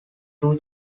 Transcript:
two